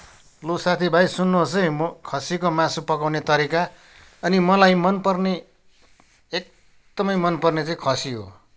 लु साथीभाइ सुन्नुहोस् है म खसीको मासु पकाउने तरिका अनि मलाई मनपर्ने एकदमै मनपर्ने चाहिँ खसी हो